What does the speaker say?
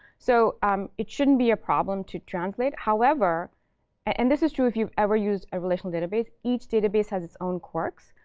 so um it shouldn't be a problem to translate. however and this is true if you've ever used a relational database each database has its own quirks.